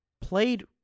played